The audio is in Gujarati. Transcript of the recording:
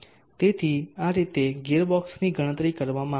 તેથી આ રીતે ગિયર રેશિયોની ગણતરી કરવામાં આવે છે